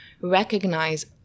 recognize